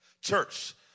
Church